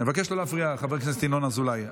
אני מבקש לא להפריע, חבר הכנסת ינון אזולאי.